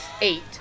eight